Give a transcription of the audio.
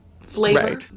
flavor